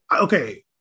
Okay